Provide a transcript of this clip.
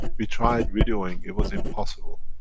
we tried videoing it was impossible,